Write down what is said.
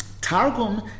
Targum